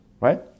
right